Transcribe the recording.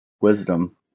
Wisdom